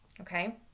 Okay